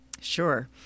Sure